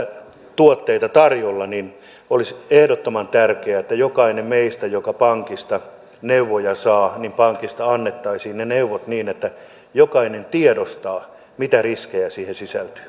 tuotteita on tarjolla olisi ehdottoman tärkeää että jokaiselle meistä joka pankista neuvoja saa annettaisiin ne neuvot niin että jokainen tiedostaa mitä riskejä siihen sisältyy